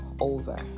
over